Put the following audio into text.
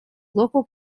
local